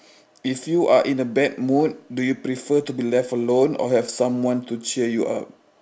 if you are in a bad mood do you prefer to be left alone or have someone to cheer you up